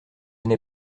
n’ai